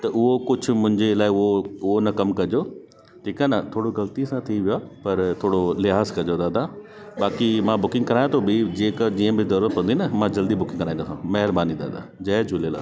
त उहो कुझु मुंहिंजे लाइ उहो उहो न कम कजो ठीकु आहे न थोरी गलति सां थी वियो आहे पर थोरो लिहाज़ कजो दादा बाक़ी मां बुकिंग करायां थो ॿी जेका जीअं बि जरूरत पवंदी मां बुकिंग कराईंदुमि जय झूलेलाल दादा